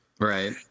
right